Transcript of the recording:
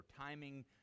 timing